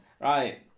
right